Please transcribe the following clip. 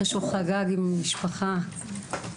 אחרי שחגג עם המשפחה,